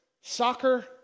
soccer